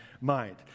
mind